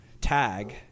tag